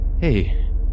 Hey